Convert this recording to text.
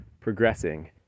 progressing